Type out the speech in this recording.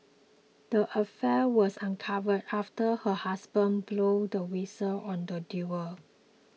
the affair was uncovered after her husband blew the whistle on the duo